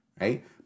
right